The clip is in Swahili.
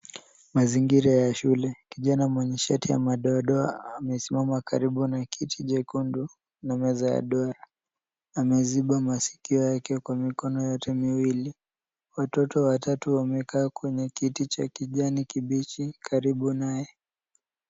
Mazingira ya shule. Kijana mwenye shati ya madoadoa amesimama karibu na kiti jekundu na meza ya duara. Ameziba masikio yake kwa mikono yote miwili. Watoto watatu wamekaa kwenye kiti cha kijani kibichi karibu naye.